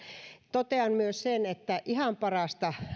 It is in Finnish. totean myös sen että ihan parasta